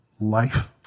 life